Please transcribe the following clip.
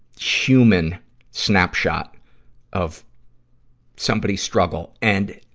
human snapshot of somebody's struggle. and,